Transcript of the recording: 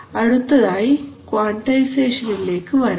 അടുത്തതായി ക്വാൺടൈസേഷനിലേക്ക് വരാം